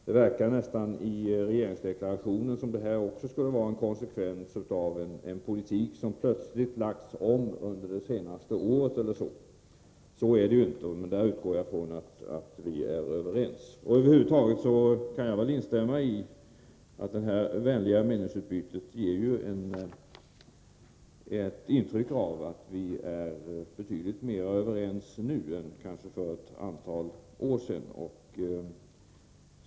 Det verkar nästan av regeringsdeklarationen som om också detta skulle vara en konsekvens av en politik som plötsligt lagts om under det senaste året eller så. Så är det inte — och jag utgår från att vi är överens om det. Det är lätt att instämma i att detta vänliga meningsutbyte ger ett intryck av att vi är betydligt mer överens nu än för ett antal år sedan.